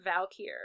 valkyr